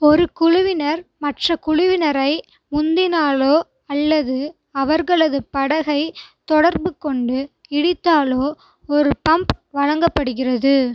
ஒரு குழுவினர் மற்ற குழுவினரை முந்தினாலோ அல்லது அவர்களது படகை தொடர்பு கொண்டு இடித்தாலோ ஒரு பம்ப் வழங்கப்படுகிறது